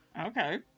Okay